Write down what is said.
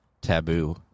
taboo